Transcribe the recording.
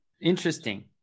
Interesting